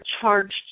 charged